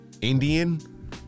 Indian